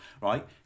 right